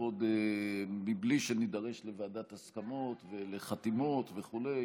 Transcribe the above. תעבוד בלי שנידרש לוועדת הסכמות ולחתימות וכו',